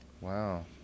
Wow